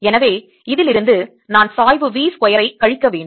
எனவே இதிலிருந்து நான் சாய்வு V ஸ்கொயர் ஐ கழிக்க வேண்டும்